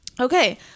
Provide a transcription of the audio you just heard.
Okay